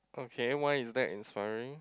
okay why is that inspiring